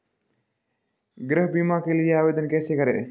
गृह बीमा के लिए आवेदन कैसे करें?